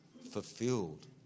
fulfilled